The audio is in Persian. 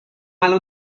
الان